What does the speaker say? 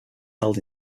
held